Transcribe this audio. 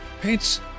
paints